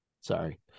Sorry